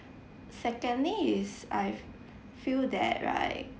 secondly is I feel that right